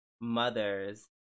Mothers